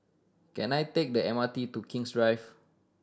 can I take the M R T to King's Drive